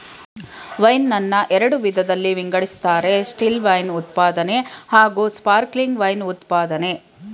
wine ನನ್ನ ಎರಡು ವಿಧದಲ್ಲಿ ವಿಂಗಡಿಸ್ತಾರೆ ಸ್ಟಿಲ್ವೈನ್ ಉತ್ಪಾದನೆ ಹಾಗೂಸ್ಪಾರ್ಕ್ಲಿಂಗ್ ವೈನ್ ಉತ್ಪಾದ್ನೆ